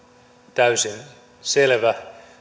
täysin selvä